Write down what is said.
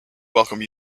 welcome